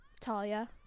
Talia